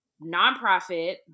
nonprofit